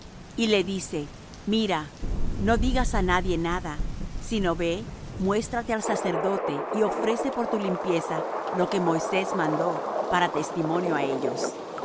y le dice mira no digas á nadie nada sino ve muéstrate al sacerdote y ofrece por tu limpieza lo que moisés mandó para testimonio á ellos